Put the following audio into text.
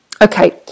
Okay